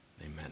amen